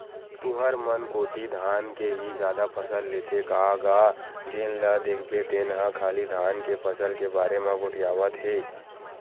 तुंहर मन कोती धान के ही जादा फसल लेथे का गा जेन ल देखबे तेन ह खाली धान के फसल के बारे म गोठियावत हे?